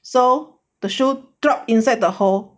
so the shoe drop inside the hole